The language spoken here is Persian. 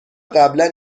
قبلا